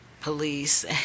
police